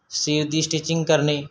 ਸਰੀਰ ਦੀ ਸਟਿਚਿੰਗ ਕਰਨੀ